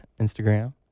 Instagram